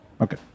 okay